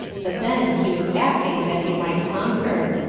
but then he was acting that he might conquer,